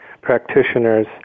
practitioners